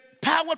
power